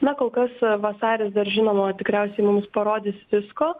na kol kas vasaris dar žinoma tikriausiai mums parodys visko